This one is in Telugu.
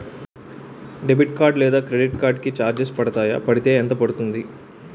డెబిట్ కార్డ్ లేదా క్రెడిట్ కార్డ్ కి చార్జెస్ పడతాయా? పడితే ఎంత పడుతుంది?